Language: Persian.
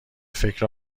فکر